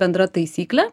bendra taisyklė